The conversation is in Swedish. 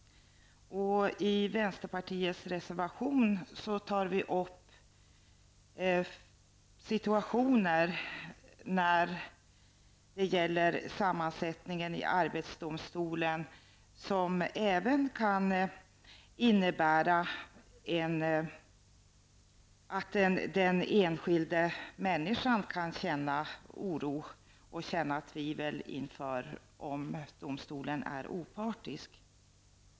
Vänsterpartiet tar i en reservation upp sammansättningen i arbetsdomstolen. Även i arbetsdomstolen kan den enskilde människan känna oro och tvivel inför om domstolen är opartisk.